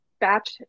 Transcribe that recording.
batch